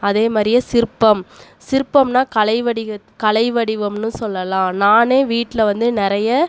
அதே மாதிரியே சிற்பம் சிற்பம்னால் கலை வடிவ கலை வடிவம்னு சொல்லலாம் நானே வீட்டில வந்து நிறைய